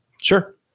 Sure